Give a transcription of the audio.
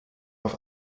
auf